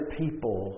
people